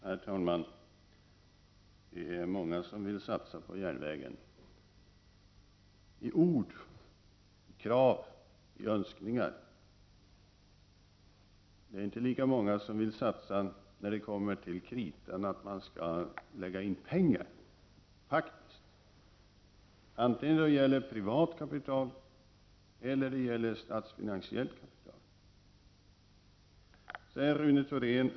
Herr talman! Det är många som vill satsa på järnvägen i ord, krav och önskningar. Det är inte lika många som vill satsa när det kommer till kritan och det blir fråga om att bidra med pengar, vare sig det gäller privat kapital eller statsfinansiellt kapital.